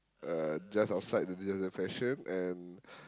uh just outside the the fashion and